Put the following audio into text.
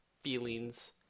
feelings